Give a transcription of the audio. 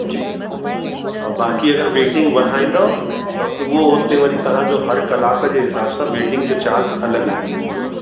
जी ऐं बाक़ी अगरि वेटिंग वधाईंदव त उहो हुरे वरी तव्हांजो हर कलाक जे हिसाब सां वेटिंग जो चार्ज अलॻि लॻी वेंदव